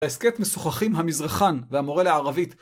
בהסכת משוחחים המזרחן והמורה לערבית